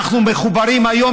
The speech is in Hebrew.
אנחנו מחוברים היום